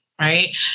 Right